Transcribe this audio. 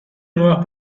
nuevas